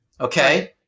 Okay